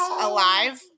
alive